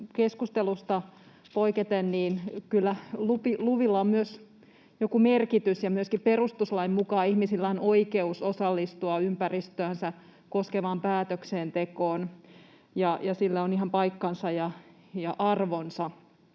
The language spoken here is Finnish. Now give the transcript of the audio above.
keskustelusta poiketen luvilla kyllä on myös joku merkitys. Myöskin perustuslain mukaan ihmisillä on oikeus osallistua ympäristöänsä koskevaan päätöksentekoon, ja sillä on ihan paikkansa ja arvonsa.